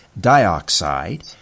dioxide